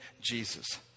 Jesus